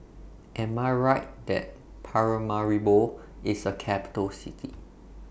Am I Right that Paramaribo IS A Capital City